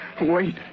Wait